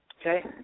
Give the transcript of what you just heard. Okay